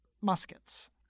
muskets